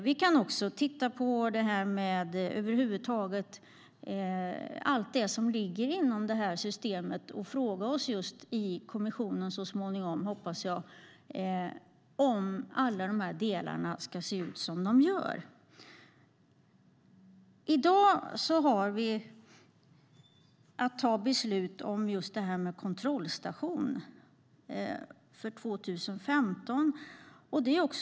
Vi kan över huvud taget titta på allt som ligger inom det här systemet, och så småningom hoppas jag att vi i kommissionen kan fråga oss om alla delar ska se ut som de gör. I dag har vi att ta beslut om det här med kontrollstation 2015.